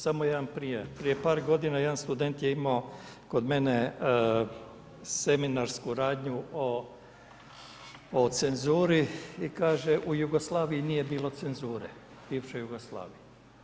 Samo jedan primjer, prije par godina jedan student je imao kod mene seminarsku radnju o cenzuri i kaže u Jugoslaviji nije bilo cenzure, bivšoj Jugoslaviji.